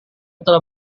telah